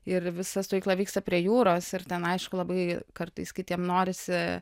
ir visa stovykla vyksta prie jūros ir ten aišku labai kartais kitiem norisi